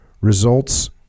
results